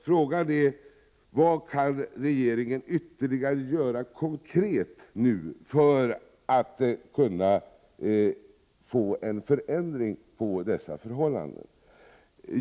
Frågan är: Vad kan regeringen nu ytterligare göra konkret för att kunna få en förändring på dessa förhållanden?